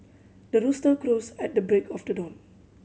the rooster crows at the break of the dawn